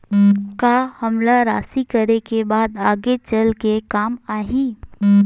का हमला राशि करे के बाद आगे चल के काम आही?